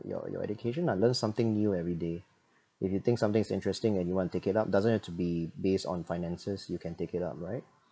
your your education lah learn something new every day if you think something is interesting and you want to take it up doesn't have to be based on finances you can take it up right